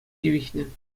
тивӗҫнӗ